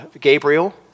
Gabriel